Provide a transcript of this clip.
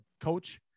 coach